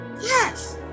Yes